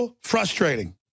frustrating